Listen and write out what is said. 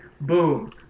boom